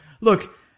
Look